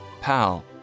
Pal